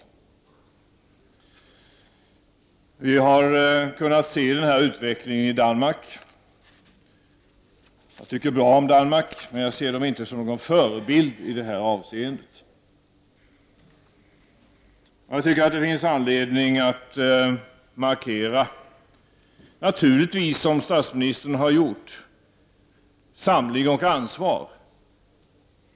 Vi har kunnat se en sådan här utveckling i Danmark. Jag tycker bra om Danmark, men jag ser inte Danmark som någon förebild i detta avseende. Jag tycker natuligtvis att det finns anledning att markera, som statsministern har gjort, samling och ansvar.